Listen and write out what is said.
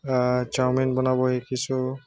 chowmein বনাব শিকিছোঁ